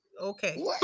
Okay